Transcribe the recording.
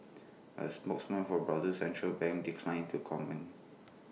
A spokesman for Brazil's central bank declined to comment